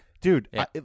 Dude